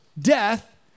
death